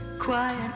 Quiet